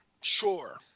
Sure